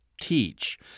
teach